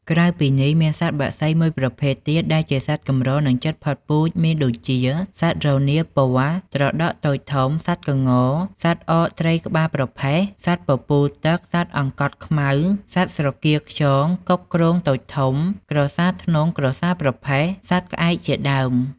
ក្រៅពីនេះមានសត្វបក្សីមួយប្រភេទទៀតដែលជាសត្វកម្រនិងជិតផុតពូជមានដូចជា សត្វរនាលពណ៌ ត្រដក់តូចធំ សត្វក្ង សត្វអកត្រីក្បាលប្រផេះ សត្វពពូលទឹក សត្វអង្កត់ខ្មៅ សត្វត្រកៀលខ្យង កុកគ្រោងតូចធំ ក្រសារធ្នង់ ក្រសារប្រផេះ សត្វក្វែកជាដើម។